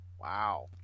Wow